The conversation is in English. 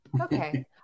Okay